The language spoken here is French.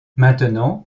maintenant